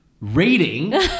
rating